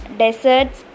deserts